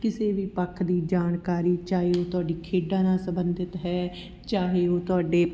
ਕਿਸੇ ਵੀ ਪੱਖ ਦੀ ਜਾਣਕਾਰੀ ਚਾਹੇ ਉਹ ਤੁਹਾਡੀ ਖੇਡਾਂ ਨਾਲ ਸੰਬੰਧਿਤ ਹੈ ਚਾਹੇ ਉਹ ਤੁਹਾਡੇ